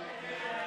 נגד?